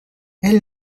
elle